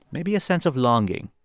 maybe a sense of longing.